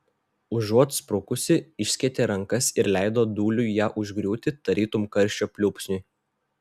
užuot sprukusį išskėtė rankas ir leido dūliui ją užgriūti tarytum karščio pliūpsniui